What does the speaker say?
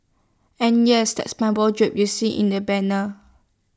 and yes that's my wardrobe you see in the banner